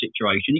situation